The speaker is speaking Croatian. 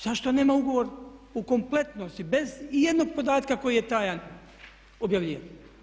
Zašto nema ugovor u kompletnosti bez ijednog podatka koji je tajan objavljen?